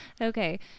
Okay